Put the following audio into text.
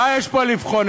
מה יש פה לבחון?